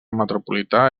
metropolità